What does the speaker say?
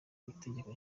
itegeko